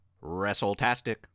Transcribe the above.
Wrestle-tastic